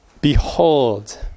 behold